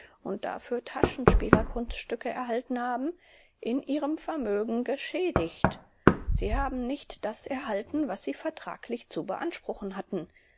und dafür taschenspielerkunststücke erhalten haben in ihrem vermögen geschädigt sie haben nicht das erhalten was sie vertraglich zu beanspruchen hatten